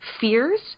fears